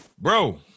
bro